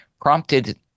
prompted